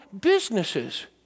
businesses